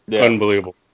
unbelievable